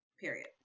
Period